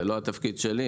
זה לא התפקיד שלי.